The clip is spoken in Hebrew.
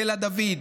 קלע דוד,